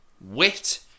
wit